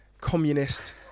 communist